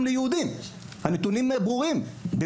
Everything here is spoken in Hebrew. הנתונים ידועים וברורים,